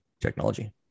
technology